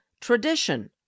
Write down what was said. tradition